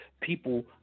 people